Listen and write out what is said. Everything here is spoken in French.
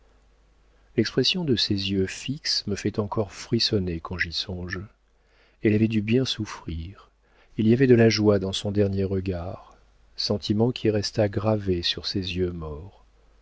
de ses yeux fixes me fait encore frissonner quand j'y songe elle avait dû bien souffrir il y avait de la joie dans son dernier regard sentiment qui resta gravé sur ses yeux morts